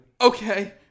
Okay